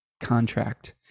contract